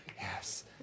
yes